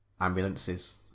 ambulances